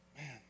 Man